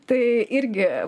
tai irgi